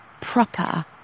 proper